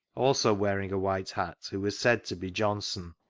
also wearing a white hat, who was said to be johnson.